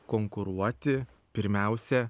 konkuruoti pirmiausia